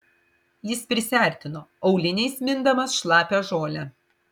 jis prisiartino auliniais mindamas šlapią žolę